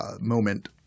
moment